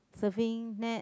surfing net